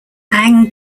ang